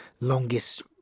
longest